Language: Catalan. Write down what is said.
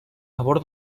favor